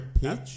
pitch